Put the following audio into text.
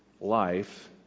life